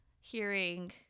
Hearing